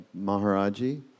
Maharaji